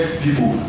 People